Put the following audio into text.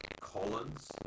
Collins